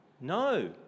No